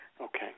Okay